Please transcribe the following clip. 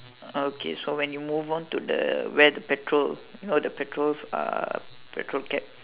okay so when you move on to the where the petrol you know the petrol uh petrol cap